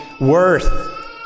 worth